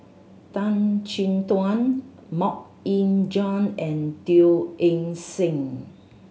Tan Chin Tuan Mok Ying Jang and Teo Eng Seng